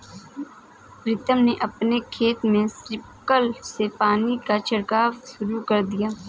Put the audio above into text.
प्रीतम ने अपने खेत में स्प्रिंकलर से पानी का छिड़काव शुरू कर दिया है